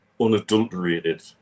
unadulterated